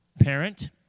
Parent